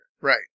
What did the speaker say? Right